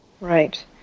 Right